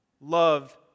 love